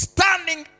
Standing